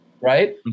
Right